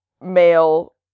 male